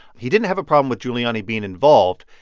he didn't have a problem with giuliani being involved.